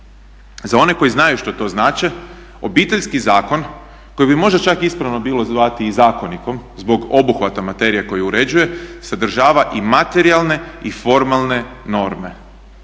Za one koji znaju što to znači Obiteljski zakon koji bi možda čak ispravno bilo zvati i zakonikom zbog obuhvata materije koje uređuje sadržava i materijalne i formalne norme.